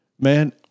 Man